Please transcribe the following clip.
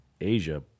Asia